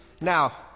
now